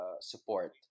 support